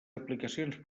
aplicacions